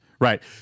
right